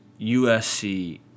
USC